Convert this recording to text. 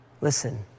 Listen